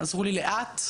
עזרו לאט,